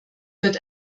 wird